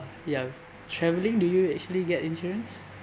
ya travelling do you actually get insurance